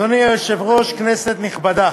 אדוני היושב-ראש, כנסת נכבדה,